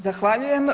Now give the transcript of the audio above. Zahvaljujem.